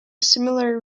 similar